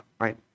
right